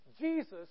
Jesus